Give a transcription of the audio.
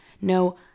no